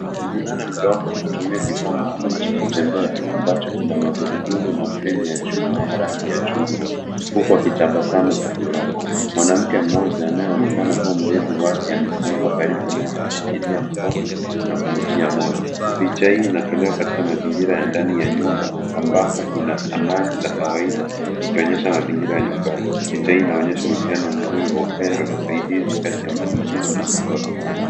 Mvulana mdogo anatumia kifaa maalum cha kutembea ambacho kina magurudumu na fremu ya chuma ya rangi ya chungwa, huku akitabasamu kwa furaha. Mwanamke mmoja anayeonekana kuwa mlezi wake, amesimama karibu naye akimshikilia mkono na kumtia moyo. Picha hii inatolewa katika mazingira ya ndani ya nyumba ambapo kuna samani za kawaida, ikionyesha mazingira ya nyumbani. Picha hii inaonyesha uhusiano mzuri wa upendo na usaidizi kati ya mtu mzima na mtoto.